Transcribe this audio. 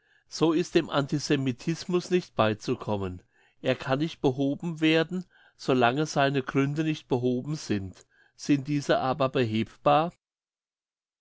so ist dem antisemitismus nicht beizukommen er kann nicht behoben werden so lange seine gründe nicht behoben sind sind diese aber